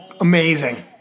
Amazing